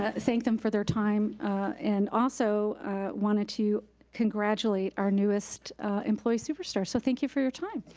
ah thank them for their time and also wanted to congratulate our newest employee super star, so thank you for your time.